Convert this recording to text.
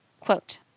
Quote